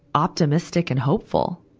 optimistic and hopeful.